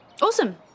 Awesome